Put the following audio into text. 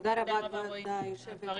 תודה רבה, כבוד יושבת-הראש.